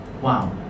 Wow